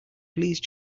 please